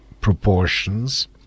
proportions